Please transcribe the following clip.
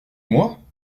moi